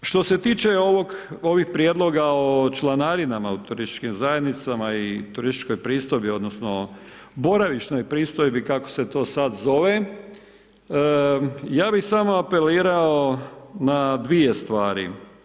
Što se tiče ovih prijedloga o članarinama u turističkim zajednicama i turističkoj pristojbi, odnosno boravišnoj pristojbi kako se to sad zove ja bih samo apelirao na dvije stvari.